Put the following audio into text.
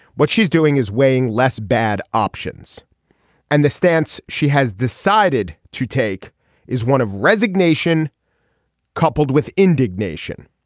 what she's doing is weighing less bad options and the stance she has decided to take is one of resignation coupled with indignation.